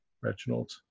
Reginald